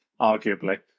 Arguably